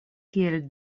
kiel